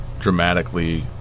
dramatically